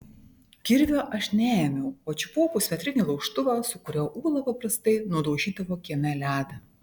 kirvio aš neėmiau o čiupau pusmetrinį laužtuvą su kuriuo ula paprastai nudaužydavo kieme ledą